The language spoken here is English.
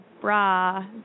bra